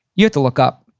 you have to look up.